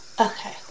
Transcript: Okay